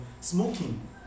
smoking